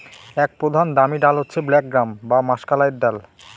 এক প্রধান দামি ডাল হচ্ছে ব্ল্যাক গ্রাম বা মাষকলাইর দল